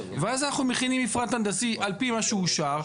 ואז אנחנו מכינים מפרט הנדסי על פי מה שאושר,